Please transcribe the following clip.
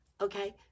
okay